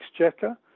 Exchequer